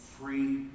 free